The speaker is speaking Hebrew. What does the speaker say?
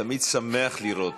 אני תמיד שמח לראות,